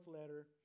letter